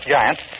Giants